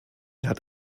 hat